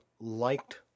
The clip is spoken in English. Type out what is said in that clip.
liked